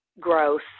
growth